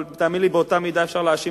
אבל תאמין לי שבאותה מידה אפשר להאשים